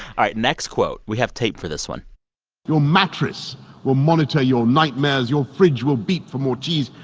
all right. next quote. we have tape for this one your mattress will monitor your nightmares. your fridge will beep for more cheese.